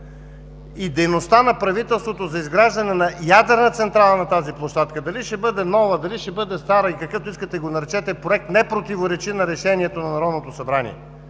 и дейността на правителството за изграждане на ядрена централа на тази площадка, а дали ще бъде нова, дали ще бъде стара и какъвто искате го наречете проекта, не противоречи на решението на Народното събрание?